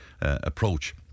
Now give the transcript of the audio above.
approach